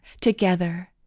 together